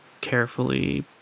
Carefully